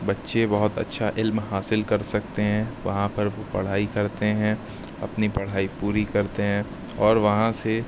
بچے بہت اچھا علم حاصل کر سکتے ہیں وہاں پر وہ پڑھائی کرتے ہیں اپنی پڑھائی پوری کرتے ہیں اور وہاں سے